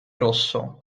rosso